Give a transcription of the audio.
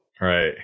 Right